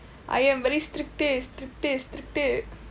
I am very strict taste strict taste strict taste